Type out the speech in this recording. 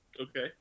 Okay